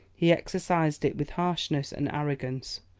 he exercised it with harshness and arrogance.